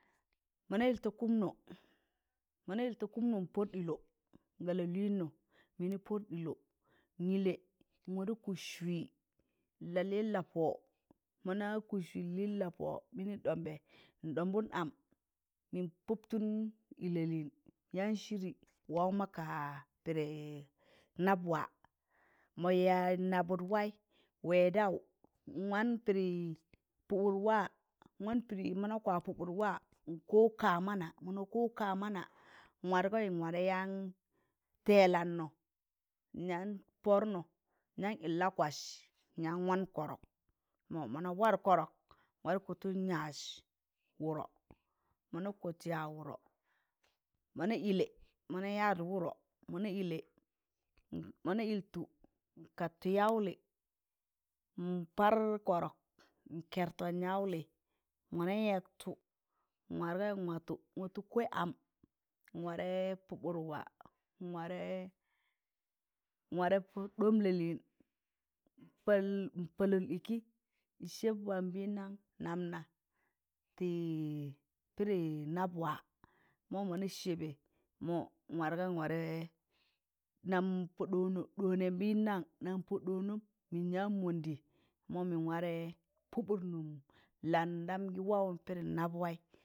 Mọna ịl ta kụụm nụ mọna ịl ta kụụmnụ npọd ɗịlọ ga lalịịnọ mịnị pọd ɗịlọ n'ịlẹ n'warẹ kụs wịl n'aị lịịn la pọ mọna kụs wịị n'lịịn la pọ mịnị ɗombẹ n'ɗọmbụn am mịn pụbtụn ị lalịịn yaan shiri waụ ma ka pịdị nabwa ma yad nabụt waị wẹẹ daụ n'wan pịdị pụbụt wa nwan pịdị mọna kwa pụbụt wa nkọụ ka mana mọna kọịị ka mana nwagọị nwarẹ yaan tẹẹd lannọ nyaan pọdụnọ nyaan yịl la kwaz nyaan waan kọrọk mọ mọna ụwar kọrọk nwarẹ kọtụn yaịz wụdọ mọna kọt yaịz wụdọ mọn ịla mọna yad wụdọ mọna ịlẹ mọna ịltọ nkat tọ yaụlị npar kọrọk nkẹrtọn yaụlị mọna yẹktọ nwargọị nwatọ nwatọ kwaị am nwarẹ pụbụt wa nwarẹ nwarẹ ɗọm lalịịn npalụl ịkị nsẹb waam nbịndan naabna tị pịdị nabwa mọ mọna sẹbẹ mọ nwarẹ nam pọ ɗọnọ ɗọnẹ nbịndan nam pọ ɗọnọm mịnyan mọndị mọ mịn warẹ pụbụt nụm landam gị wawụn pịdị nab waị.